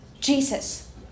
Jesus